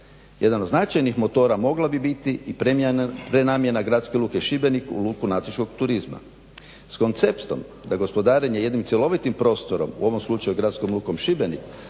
Jedan od značajnih motora mogla bi biti i prenamjena gradske luke Šibenik u luku nautičkog turizma. S konceptom za gospodarenje i jednim cjelovitim prostorom u ovom slučaju Gradskom lukom Šibenik